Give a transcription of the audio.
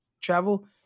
travel